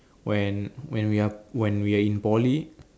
when when we're when we're in poly